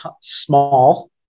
small